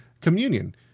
communion